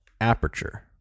Aperture